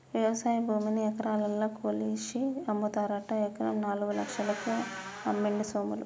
వ్యవసాయ భూమిని ఎకరాలల్ల కొలిషి అమ్ముతారట ఎకరం నాలుగు లక్షలకు అమ్మిండు సోములు